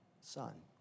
son